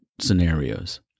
scenarios